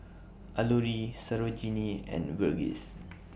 Alluri Sarojini and Verghese